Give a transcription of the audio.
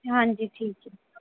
ਹਾਂਜੀ ਠੀਕ ਹੈ